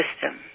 system